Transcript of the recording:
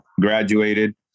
graduated